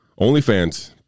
OnlyFans